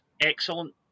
excellent